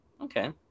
Okay